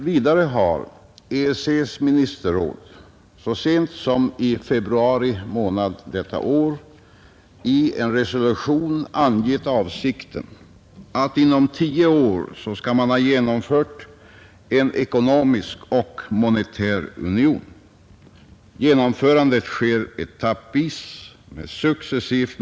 Vidare har EEC:s ministerråd så sent som i februari månad detta år i en resolution angivit avsikten att man inom tio år skall ha genomfört en ekonomisk och monetär union. Genomförandet sker etappvis och successivt.